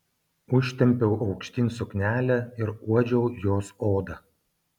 užtempiau aukštyn suknelę ir uodžiau jos odą